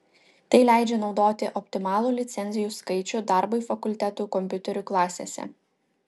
tai leidžia naudoti optimalų licencijų skaičių darbui fakultetų kompiuterių klasėse